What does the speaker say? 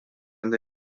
nde